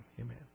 Amen